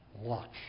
watch